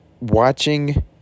Watching